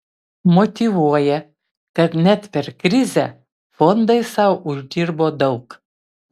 motyvuoja kad net per krizę fondai sau uždirbo daug